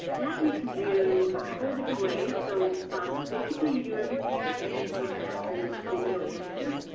that you can do a couple of different ways. so basically you do everything to manage videos through video manager.